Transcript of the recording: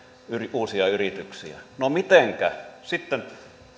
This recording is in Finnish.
uusia yrityksiä no mitenkä sitten